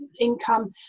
income